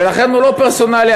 ולכן הוא לא פרסונלי.